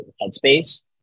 Headspace